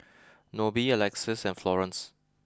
Nobie Alexys and Florance